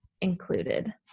included